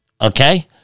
Okay